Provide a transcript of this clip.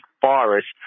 forest